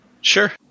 Sure